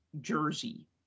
Jersey